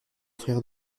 frère